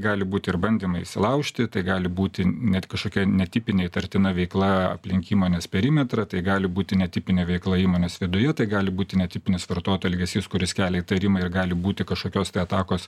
gali būti ir bandymai įsilaužti tai gali būti net kažkokia netipinė įtartina veikla aplink įmonės perimetrą tai gali būti netipinė veikla įmonės viduje tai gali būti netipinis vartotojo elgesys kuris kelia įtarimą ir gali būti kažkokios tai atakos